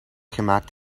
gemaakt